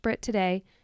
today